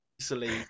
easily